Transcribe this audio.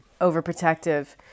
overprotective